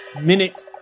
Minute